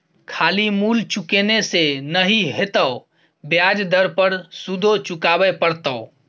खाली मूल चुकेने से नहि हेतौ ब्याज दर पर सुदो चुकाबे पड़तौ